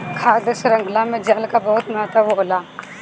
खाद्य शृंखला में जल कअ बहुत महत्व होला